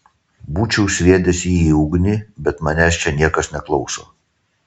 būčiau sviedęs jį į ugnį bet manęs čia niekas neklauso